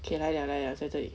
K 来 liao 来 liao 在这里